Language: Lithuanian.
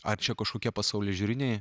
ar čia kažkokie pasaulėžiūriniai